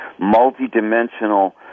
multidimensional